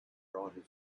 brought